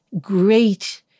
great